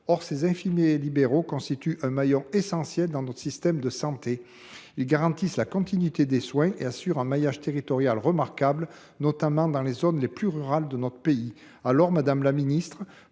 Or ces infirmiers libéraux constituent un maillon essentiel de notre système de santé. Ils garantissent la continuité des soins et assurent un maillage territorial remarquable, notamment dans les zones les plus rurales de notre pays. Aussi, madame la ministre,